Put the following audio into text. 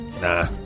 Nah